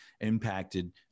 impacted